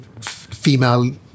female